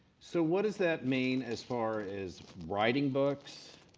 so what does that mean as far as writing books,